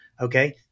Okay